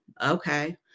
okay